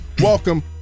welcome